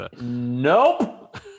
Nope